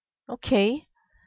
okay